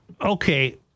Okay